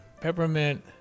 peppermint